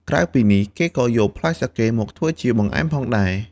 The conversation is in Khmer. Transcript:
ក្រៅពីនេះ គេក៏យកផ្លែសាកេមកធ្វើជា បង្អែម ផងដែរ។